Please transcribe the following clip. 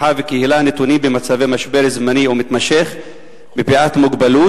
משפחה וקהילה הנתונים במצבי משבר זמני או מתמשך מפאת מוגבלות,